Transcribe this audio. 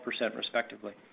respectively